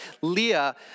Leah